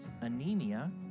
anemia